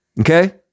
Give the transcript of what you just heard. Okay